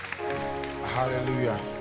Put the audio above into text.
Hallelujah